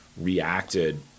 reacted